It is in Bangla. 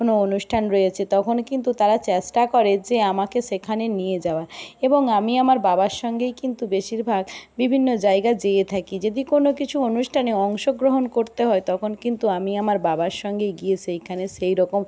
কোনো অনুষ্ঠান রয়েছে তখনই কিন্তু তারা চেষ্টা করে যে আমাকে সেখানে নিয়ে যাওয়ার এবং আমি আমার বাবার সঙ্গেই কিন্তু বেশিরভাগ বিভিন্ন জায়গা যেয়ে থাকি যদি কোনো কিছু অনুষ্ঠানে অংশগ্রহণ করতে হয় তখন কিন্তু আমি আমার বাবার সঙ্গেই গিয়ে সেইখানে সেই রকম